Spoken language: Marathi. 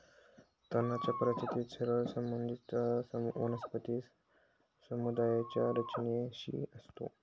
तणाच्या परिस्थितीचा सरळ संबंध वनस्पती समुदायाच्या रचनेशी असतो